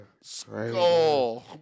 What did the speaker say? Skull